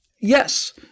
yes